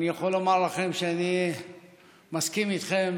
אני יכול לומר לכם שאני מסכים איתכם